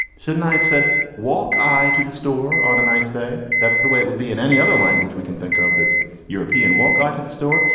shouldn't i have said walk i to the store on a nice day? that's the way it would be in any other language we can think of. that's european walk to the store.